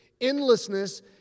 Endlessness